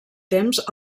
temps